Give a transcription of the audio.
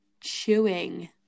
chewing